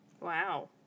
Wow